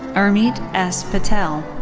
urmit s. patel.